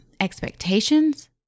expectations